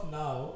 now